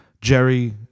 Jerry